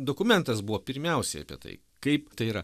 dokumentas buvo pirmiausiai apie tai kaip tai yra